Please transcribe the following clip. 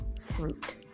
fruit